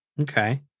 Okay